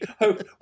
hope